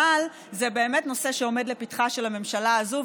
אבל זה באמת נושא שעומד לפתחה של הממשלה הזאת,